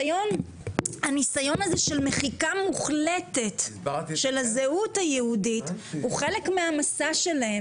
הניסיון של מחיקה מוחלטת של הזהות היהודית הוא חלק מן המסע שלהם.